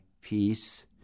peace